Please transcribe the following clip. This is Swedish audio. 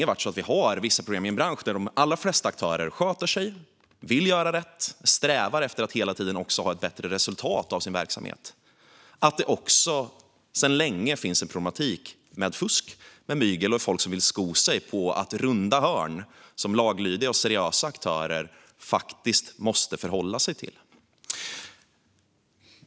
Vi har sedan länge en bransch där de allra flesta aktörer sköter sig, vill göra rätt och hela tiden strävar efter ett bättre resultat i sin verksamhet men där det också sedan länge finns en problematik med fusk, med mygel och med folk som vill sko sig på att runda hörn som laglydiga och seriösa aktörer faktiskt måste förhålla sig till.